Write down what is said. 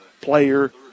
Player